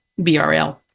BRL